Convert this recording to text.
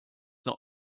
not